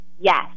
Yes